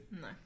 No